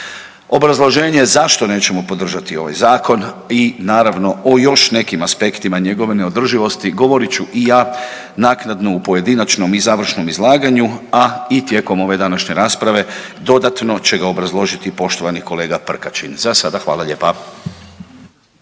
Obrazloženje zašto nećemo podržati ovaj zakon i naravno o još nekim aspektima njegove neodrživosti govorit ću i ja naknadno u pojedinačnom i završnom izlaganju, a i tijekom ove današnje rasprave dodatno će ga obrazložiti poštovani kolega Prkačin. Za sada hvala lijepa.